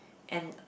and